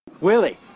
Willie